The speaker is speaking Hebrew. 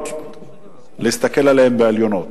ולהסתכל עליהם בעליונות.